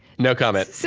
no comment, so